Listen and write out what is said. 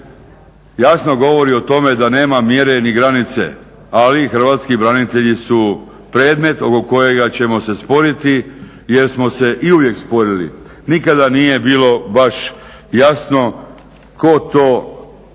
hrvatski branitelji su predmet oko kojega ćemo se sporiti jer smo se i uvijek sporili. Nikada nije bilo baš jasno tko to uvijek